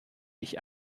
dich